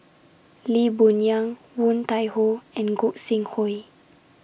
Lee Boon Yang Woon Tai Ho and Gog Sing Hooi